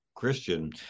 Christian